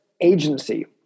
agency